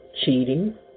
cheating